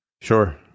Sure